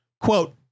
Quote